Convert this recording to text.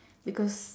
because